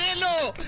and law